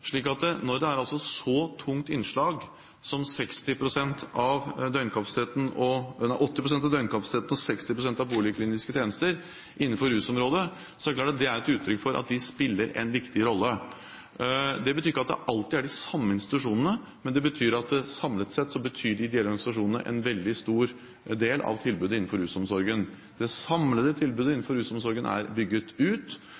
slik at private ideelle – ikke kommersielle institusjoner står for om lag 80 pst. av den samlede døgnkapasiteten og om lag 60 pst. av de polikliniske tjenestene på rusområdet. Når det er et så tungt innslag som 80 pst. av døgnkapasiteten og 60 pst. av polikliniske tjenester her, er det klart at det er et uttrykk for at de ideelle institusjonene spiller en viktig rolle. Det betyr ikke at det alltid er de samme institusjonene, men det betyr at samlet sett